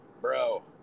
bro